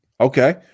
Okay